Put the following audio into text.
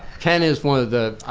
ken is one of the,